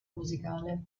musicale